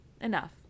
Enough